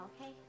okay